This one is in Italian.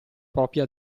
propria